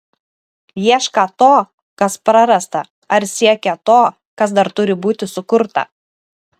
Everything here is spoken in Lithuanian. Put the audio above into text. iešką to kas prarasta ar siekią to kas dar turi būti sukurta